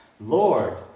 Lord